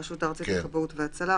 הרשות הארצית לכבאות והצלה,